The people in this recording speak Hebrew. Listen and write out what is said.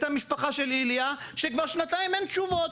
את המשפחה של איליה שכבר שנתיים אין תשובות,